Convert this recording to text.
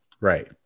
Right